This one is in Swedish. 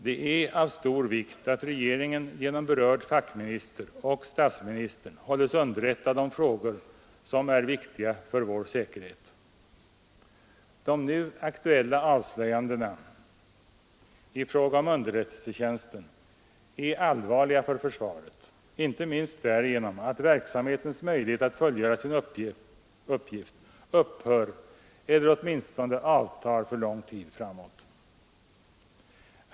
Det är av stor vikt att regeringen genom berörd fackminister och statsministern hålles underrättad om frågor som är viktiga för vår säkerhet. De nu aktuella avslöjandena i fråga om underrättelsetjänsten är allvarliga för försvaret, inte minst därigenom att verksamhetens möjlighet att fullgöra sin uppgift upphör eller åtminstone avtar för lång tid framåt.